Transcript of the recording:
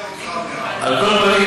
על כל פנים,